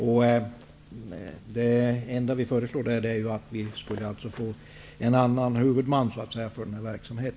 Det enda vi föreslår där är att vi skulle få en annan huvudman för denna verksamhet.